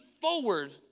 forward